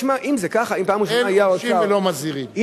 תשמע, אם זה ככה, אין עונשין ולא מזהירין.